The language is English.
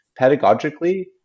Pedagogically